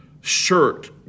shirt